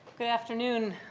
good afternoon.